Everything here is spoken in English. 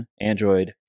Android